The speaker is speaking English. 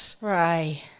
Right